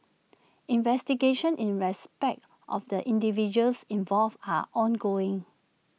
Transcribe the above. investigations in respect of the individuals involved are ongoing